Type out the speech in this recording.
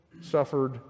suffered